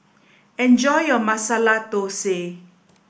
enjoy your Masala Thosai